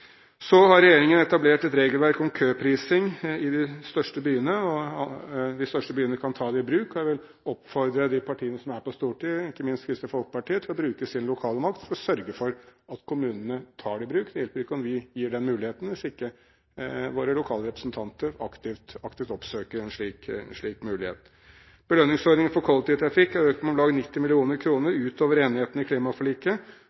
største byene. De største byene kan ta det i bruk. Jeg vil oppfordre de partiene som er på Stortinget, ikke minst Kristelig Folkeparti, til å bruke sin lokale makt til å sørge for at kommunene tar det i bruk. Det hjelper ikke at vi gir dem muligheten, hvis ikke våre lokale representanter aktivt oppsøker en slik mulighet. Belønningsordningen for kollektivtrafikk er økt med om lag 90